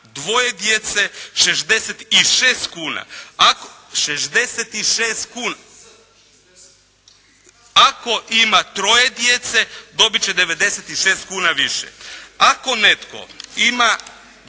dvoje djece 66 kuna. Ako ima troje djece, dobiti će 96 kuna više. Ako netko ima